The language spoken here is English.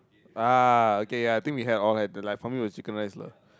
ah okay yeah I think we had all to like for me it was chicken rice lah